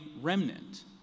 remnant